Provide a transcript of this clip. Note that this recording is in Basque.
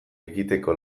ekiteko